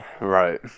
Right